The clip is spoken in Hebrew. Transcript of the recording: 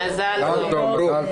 מזל טוב.